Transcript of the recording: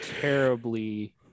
terribly